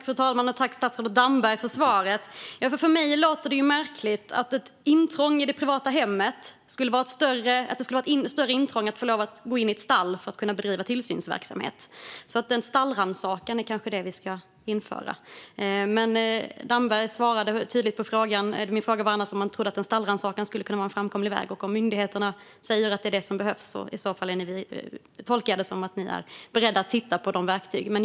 Fru talman! Tack, statsrådet Damberg, för svaret! För mig låter det märkligt att det skulle vara ett större intrång att gå in i ett stall för att kunna bedriva tillsynsverksamhet än att gå in i ett privat hem. Det kanske är en stallrannsakan vi ska införa. Damberg svarade tydligt på frågan. Min fråga var om han trodde att en stallrannsakan skulle kunna vara en framkomlig väg. Om myndigheterna säger att det är vad som behövs tolkar jag det som att man är beredd att titta på detta verktyg.